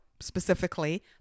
specifically